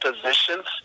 positions